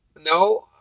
No